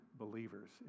believers